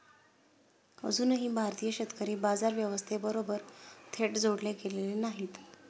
अजूनही भारतीय शेतकरी बाजार व्यवस्थेबरोबर थेट जोडले गेलेले नाहीत